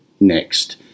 next